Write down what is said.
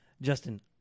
Justin